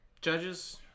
Judges